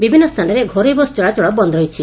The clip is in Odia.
ବିଭିନ୍ନ ସ୍ଚାନରେ ଘରୋଇ ବସ୍ ଚଳାଚଳ ବନ୍ନ ରହିଛି